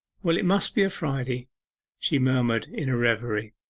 well, it must be a friday she murmured in a reverie.